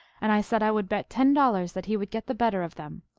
and i said i would bet ten dollars that he would get the better of them.